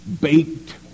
baked